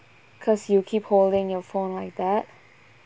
cause you keep holding your phone like that